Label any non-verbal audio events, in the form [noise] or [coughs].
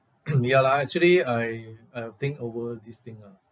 [coughs] ya lah actually I I have think over this thing ah